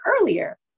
earlier